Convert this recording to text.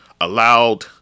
allowed